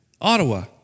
Ottawa